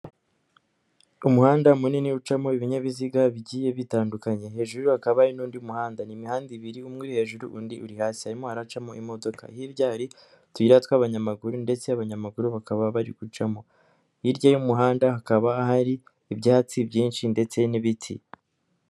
Umuhanda munini ucamo ibinyabiziga bigiye bitandukanye, hejurukaba n'undi muhanda n'imihanda ibiri umwe hejuru undi uri hasi harimo haracamo imodoka, hirya hari utuyira tw'abanyamaguru ndetse abanyamaguru bakaba bari gucamo, hirya y'umuhanda hakaba hari ibyatsi byinshi ndetse n'ibiti.